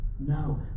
No